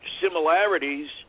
similarities